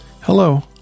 Hello